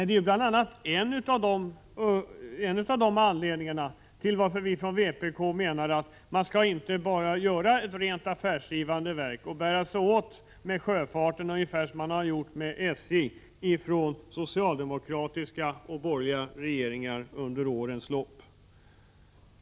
Det är ju en av anledningarna till att vi från vpk menar att man inte skall inrätta ett affärsdrivande verk och gå till väga med sjöfartsverket ungefär som borgerliga och socialdemokratiska regeringar har gjort med SJ under årens lopp.